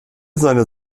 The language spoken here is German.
seiner